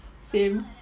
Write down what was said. same